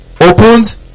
Opened